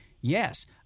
yes –